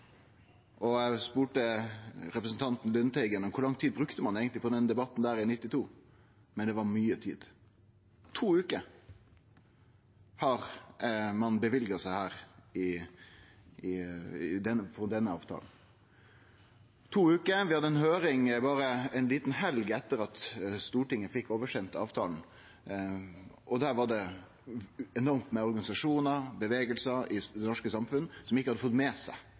Eg spurde representanten Lundteigen om kor lang tid ein eigentleg brukte på den debatten i 1992. Det var mykje tid. To veker har ein fått til denne avtalen – to veker. Vi hadde ei høyring berre ei lita helg etter at Stortinget fekk sendt over avtalen, og det var enormt mange organisasjonar og rørsler i det norske samfunnet som ikkje eingong hadde fått med seg